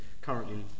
currently